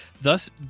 thus